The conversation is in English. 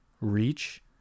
reach